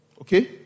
Okay